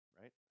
right